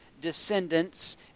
descendants